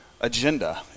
agenda